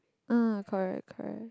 uh correct correct